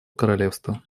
королевства